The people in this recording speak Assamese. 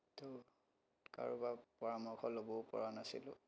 ত' কাৰোবাৰ পৰামৰ্শ ল'বও পৰা নাছিলোঁ